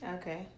Okay